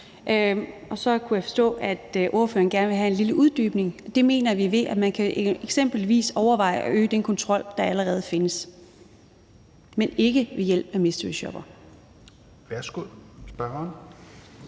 Så kunne jeg forstå, at ordføreren gerne ville have en lille uddybning. Vi mener, det kan ske, ved at man eksempelvis overvejer at øge den kontrol, der allerede findes – men ikke ved hjælp af mysteryshoppere.